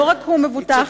לא רק הוא מבוטח,